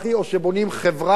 או שבונים חברה,